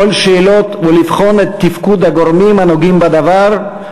לשאול שאלות ולבחון את תפקוד הגורמים הנוגעים בדבר,